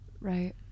right